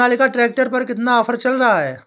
Sonalika tractor पर कितना offer चल रहा है?